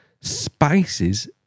spices